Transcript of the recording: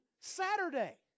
Saturday